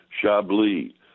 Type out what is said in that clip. Chablis